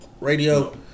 radio